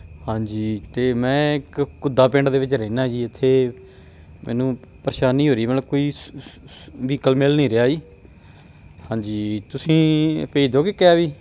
ਹਾਂਜੀ ਅਤੇ ਮੈਂ ਇੱਕ ਘੁੱਦਾ ਪਿੰਡ ਦੇ ਵਿੱਚ ਰਹਿੰਦਾ ਜੀ ਇੱਥੇ ਮੈਨੂੰ ਪਰੇਸ਼ਾਨੀ ਹੋ ਰਹੀ ਮਤਲਬ ਕੋਈ ਸ ਵਹੀਕਲ ਮਿਲ ਨਹੀਂ ਰਿਹਾ ਜੀ ਹਾਂਜੀ ਜੀ ਤੁਸੀਂ ਭੇਜ ਦਿਉਗੇ ਕੈਬ ਜੀ